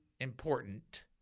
important